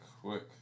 quick